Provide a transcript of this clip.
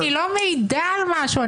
אני לא מעידה על משהו,